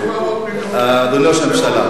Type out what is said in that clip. אדוני ראש הממשלה,